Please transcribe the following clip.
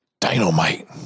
dynamite